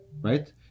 right